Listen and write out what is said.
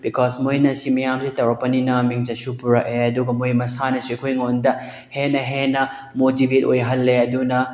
because ꯃꯣꯏꯅ ꯁꯤ ꯃꯌꯥꯝꯁꯦ ꯇꯧꯔꯛꯄꯅꯤꯅ ꯃꯤꯡꯆꯠꯁꯨ ꯄꯨꯔꯛꯑꯦ ꯑꯗꯨꯒ ꯃꯣꯏ ꯃꯁꯥꯅꯁꯨ ꯑꯩꯈꯣꯏꯉꯣꯟꯗ ꯍꯦꯟꯅ ꯍꯦꯟꯅ ꯃꯣꯇꯤꯚꯦꯠ ꯑꯣꯏꯍꯜꯂꯦ ꯑꯗꯨꯅ